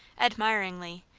admiringly,